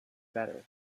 better